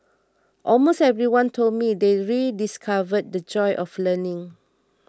almost everyone told me they rediscovered the joy of learning